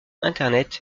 internet